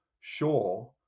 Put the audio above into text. sure